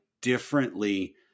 differently